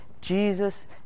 Jesus